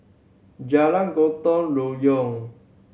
Jalan Gotong Royong